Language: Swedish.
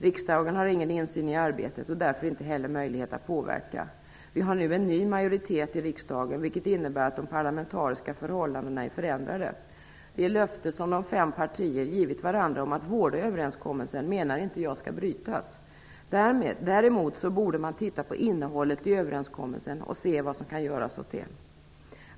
Riksdagen har ingen insyn i arbetet och därför inte heller möjlighet att påverka. Vi har nu en ny majoritet i riksdagen, vilket innebär att de parlamentariska förhållandena är förändrade. Jag menar inte att det löfte som de fem partierna givit varandra om att vårda överenskommelsen skall brytas. Däremot borde man se över innehållet i överenskommelsen och se vad som kan göras åt detta.